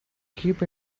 keep